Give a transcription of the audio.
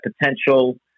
potential